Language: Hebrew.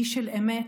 איש של אמת,